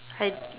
high